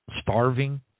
starving